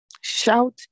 Shout